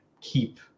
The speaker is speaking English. keep